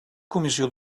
comissió